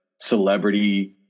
celebrity